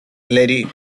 lady